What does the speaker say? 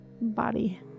body